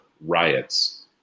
riots